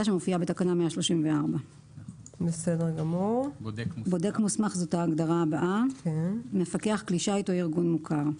שמופיעה בתקנה 134. ""בודק מוסמך" מפקח כלי שיט או ארגון מוכר".